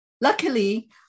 Luckily